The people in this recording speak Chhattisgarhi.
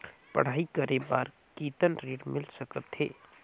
पढ़ाई करे बार कितन ऋण मिल सकथे?